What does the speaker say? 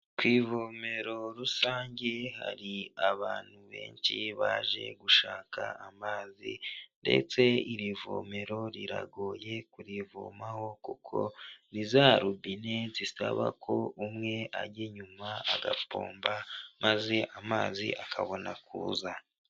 Ku ivomero rusange hari abantu benshi baje gushaka amazi ndetse iri vomero riragoye kurivomaho kuko niza robine zisaba ko umwe ajya inyuma agapompa maze amazi akabona kuza.